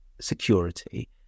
security